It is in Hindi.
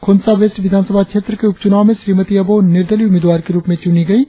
खोंसा वेस्ट विधानसभा क्षेत्र के उपचुनाव में श्रीमती अबोह निर्दलीय उम्मीदवार के रुप में चुनी गयी